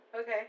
Okay